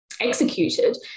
executed